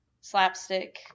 slapstick